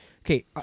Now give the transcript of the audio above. okay